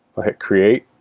i'll hit create